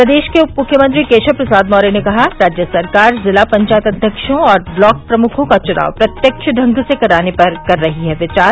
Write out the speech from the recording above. प्रदेश के उपमुखंत्री केशव प्रसाद मौर्य ने कहा राज्य सरकार जिला पंचायत अध्यक्षों और ब्लाक प्रमुखों का चुनाव प्रत्यक्ष ढंग से कराने पर कर रही है विचार